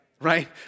right